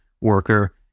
worker